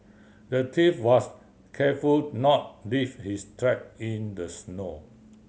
the thief was careful not leave his track in the snow